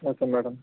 okay madam